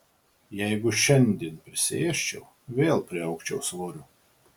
jeigu šiandien prisiėsčiau vėl priaugčiau svorio